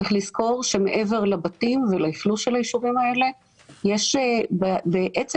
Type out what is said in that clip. צריך לזכור שמעבר לבתים ולאכלוס היישובים האלה יש בעצם